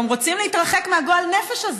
גם רוצים להתרחק מהגועל נפש הזה.